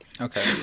okay